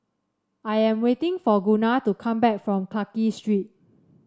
I am waiting for Gunnar to come back from Clarke Street